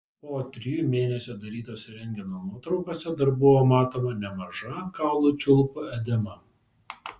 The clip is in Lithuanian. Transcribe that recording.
po trijų mėnesių darytose rentgeno nuotraukose dar buvo matoma nemaža kaulų čiulpų edema